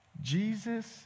Jesus